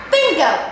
Bingo